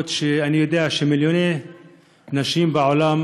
למרות שאני יודע שמיליוני נשים בעולם